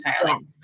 entirely